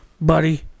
Buddy